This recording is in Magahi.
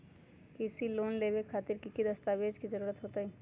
कृषि लोन लेबे खातिर की की दस्तावेज के जरूरत होतई?